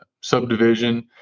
subdivision